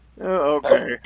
Okay